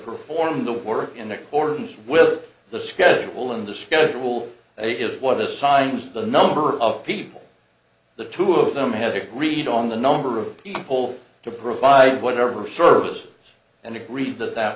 performed the work in accordance with the schedule and the schedule if one of the signs the number of people the two of them have agreed on the number of people to provide whatever services and agreed that that